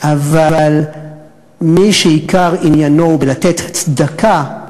אבל מי שעיקר עניינו בלתת צדקה,